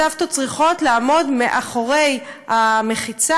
הסבתות צריכות לעמוד מאחורי המחיצה,